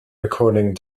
recording